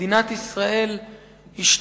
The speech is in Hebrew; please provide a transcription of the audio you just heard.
מדינת ישראל השתנתה,